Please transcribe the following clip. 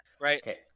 right